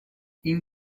این